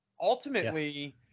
ultimately